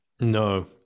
No